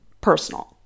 personal